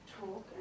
talk